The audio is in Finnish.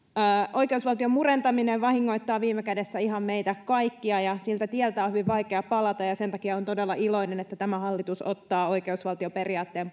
oikeusvaltion murentaminen vahingoittaa viime kädessä ihan meitä kaikkia ja siltä tieltä on hyvin vaikea palata sen takia olen todella iloinen että tämä hallitus ottaa oikeusvaltioperiaatteen